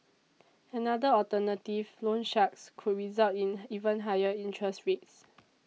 another alternative loan sharks could result in even higher interest rates